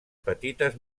petites